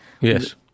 Yes